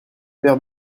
paire